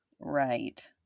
Right